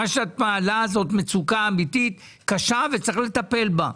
מה שאת מעלה, זאת מצוקה אמיתית קשה וצריך לטפל בה.